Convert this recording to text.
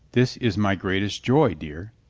this is my greatest joy, dear.